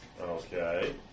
Okay